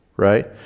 right